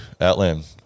Outland